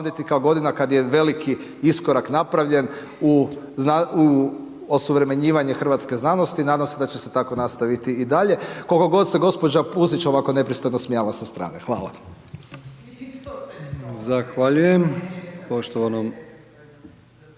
kad je veliki iskorak napravljen u osuvremenjivanje hrvatske znanosti. Nadam se da će se tako nastaviti i dalje, koliko god se gospođa Pusić ovako nepristojno smijala sa strane. Hvala.